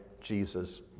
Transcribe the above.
Jesus